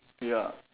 ya